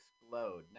Explode